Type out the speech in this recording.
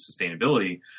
sustainability